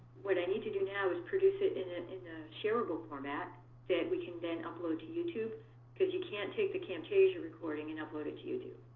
what i need to do now is produce it in it in a sharable format that we can then upload to youtube because you can't take the camtasia recording and upload it to youtube.